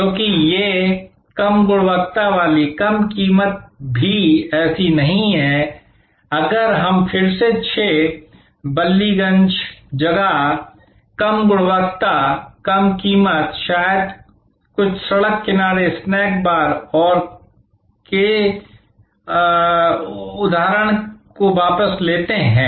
क्योंकि ये कम गुणवत्ता वाली कम कीमत भी ऐसी नहीं है अगर हम फिर से 6 Ballygunge जगह कम गुणवत्ता कम कीमत शायद कुछ सड़क किनारे स्नैक बार और के उस उदाहरण को वापस लेते हैं